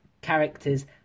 character's